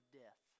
death